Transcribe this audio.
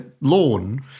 lawn